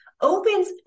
opens